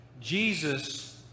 Jesus